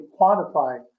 quantify